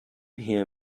hear